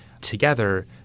together